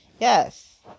Yes